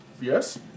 yes